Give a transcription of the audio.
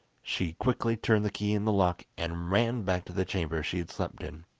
she quickly turned the key in the lock, and ran back to the chamber she had slept in.